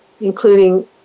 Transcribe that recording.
including